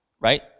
right